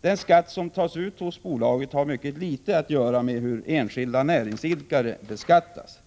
Den skatt som tas ut hos bolaget har mycket litet att göra med hur enskilda näringsidkare beskattas.